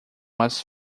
was